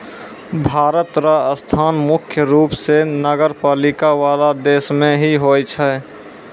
भारत र स्थान मुख्य रूप स नगरपालिका वाला देश मे ही होय छै